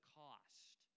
cost